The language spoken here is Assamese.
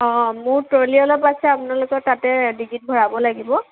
অঁ মোৰ ট্ৰলী অলপ আছে আপোনালোকৰ তাতে ডিকিত ভৰাব লাগিব